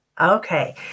Okay